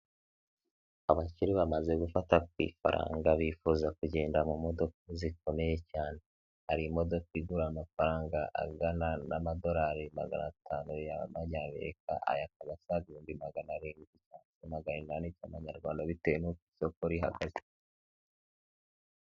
Abakire bamaze gufata ku ifaranga bifuza kugenda mu modoka zikomeye cyane, hari imodoka igura amafaranga angana n'amadolari magana atanu y'amanyamerika, aya asaga ibihumbi magana arindwi cyangwa magana inani y'Amanyarwanda bitewe n'uko isoko rihagaze.